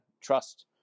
trust